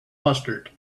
mustard